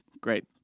Great